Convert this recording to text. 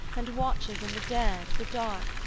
and watches in the dead, the dark,